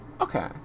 Okay